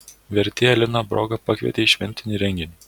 vertėją liną brogą pakvietė į šventinį renginį